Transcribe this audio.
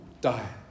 die